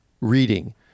reading